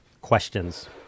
questions